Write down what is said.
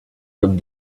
comme